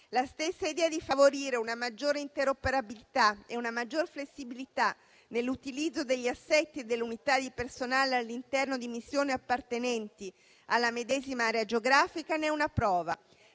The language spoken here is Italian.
La stessa idea di favorire una maggiore interoperabilità e una maggior flessibilità nell'utilizzo degli assetti e delle unità di personale all'interno di missioni appartenenti alla medesima area geografica ne è una prova,